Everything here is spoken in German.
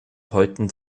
häuten